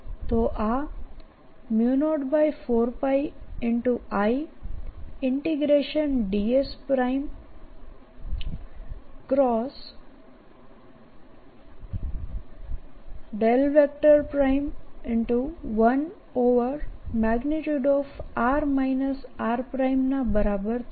તો આ 04πIds×1r r ના બરાબર થશે